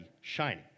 shining